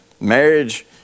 marriage